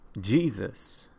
Jesus